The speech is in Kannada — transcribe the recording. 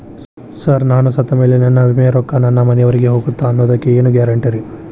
ಸರ್ ನಾನು ಸತ್ತಮೇಲೆ ನನ್ನ ವಿಮೆ ರೊಕ್ಕಾ ನನ್ನ ಮನೆಯವರಿಗಿ ಹೋಗುತ್ತಾ ಅನ್ನೊದಕ್ಕೆ ಏನ್ ಗ್ಯಾರಂಟಿ ರೇ?